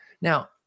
Now